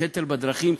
קטל בדרכים.